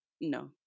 No